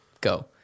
go